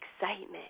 excitement